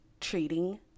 treating